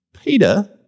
Peter